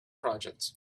projects